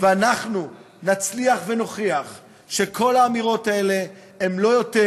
ואנחנו נצליח ונוכיח שכל האמירות האלה הן לא יותר